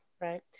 right